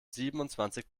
siebenundzwanzig